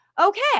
okay